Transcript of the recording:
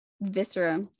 viscera